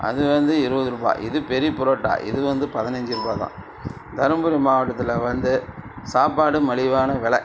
அது வந்து இருபது ரூபாய் இது பெரிய புரோட்டா இது வந்து பதினஞ்சு ரூபாய் தான் தர்மபுரி மாவட்டத்தில் வந்து சாப்பாடு மலிவான வெலை